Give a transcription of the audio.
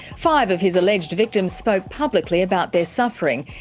five of his alleged victims spoke publicly about their suffering,